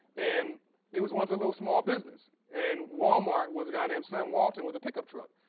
and it was once a little small business. and wal-mart was a guy named sam walton with a pickup truck.